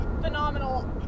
phenomenal